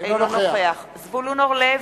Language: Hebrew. אינו נוכח זבולון אורלב,